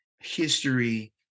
history